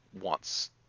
wants